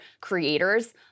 creators